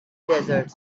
desert